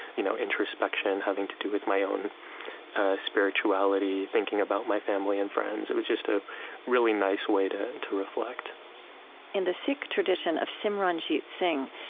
you know introspection having to do with my own spirituality, thinking about my family and friends. it was just a really nice way to and to reflect in the sikh tradition of simran jeet singh,